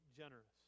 generous